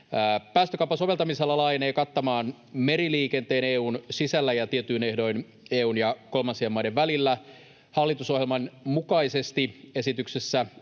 Päästökaupan soveltamisala laajenee kattamaan meriliikenteen EU:n sisällä ja tietyin ehdoin EU:n ja kolmansien maiden välillä. Hallitusohjelman mukaisesti esityksessä